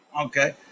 okay